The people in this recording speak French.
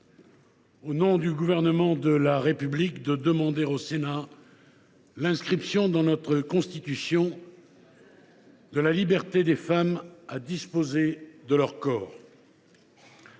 au nom du Gouvernement de la République, de demander au Sénat l’inscription dans notre Constitution de la liberté des femmes à disposer de leur corps.